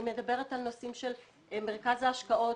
אני מדברת על נושאים של מרכז ההשקעות